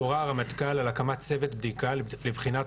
הורה הרמטכ"ל על הקמת צוות בדיקה לבחינת